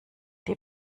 die